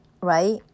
right